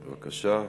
בבקשה.